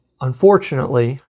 unfortunately